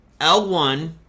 L1